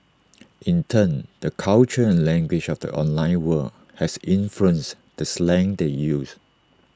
in turn the culture and language of the online world has influenced the slang they use